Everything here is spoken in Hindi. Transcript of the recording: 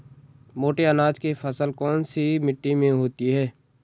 मोटे अनाज की फसल कौन सी मिट्टी में होती है?